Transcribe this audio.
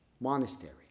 monastery